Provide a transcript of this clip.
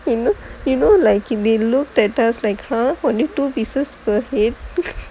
he look like he look at us like !huh! only two pizza